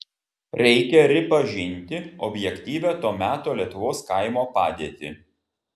reikia ripažinti objektyvią to meto lietuvos kaimo padėtį